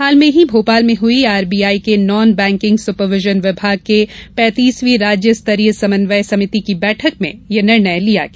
हाल में ही भोपाल में हई आरबीआई के नॉन बैंकिंग सुपरविजन विभाग के पेंतीसवीं राज्य स्तरीय समन्वय समिति की बैठक में यह निर्णय लिया गया